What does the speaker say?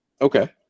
okay